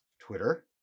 Twitter